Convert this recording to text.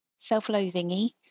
self-loathingy